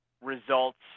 results